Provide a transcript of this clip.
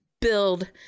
build